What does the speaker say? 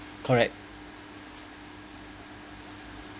correct